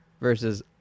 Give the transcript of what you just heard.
versus